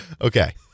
Okay